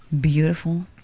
beautiful